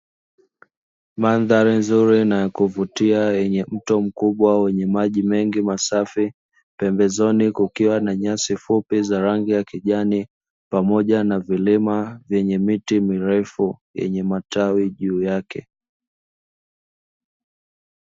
Mandhari nzuri na yakuvutia yenye mto mkubwa wenye maji mengi masafi, pembezoni kukiwa na nyasi fupi za rangi ya kijani pamoja na vilima vyenye miti mirefu yenye matawi juu yake.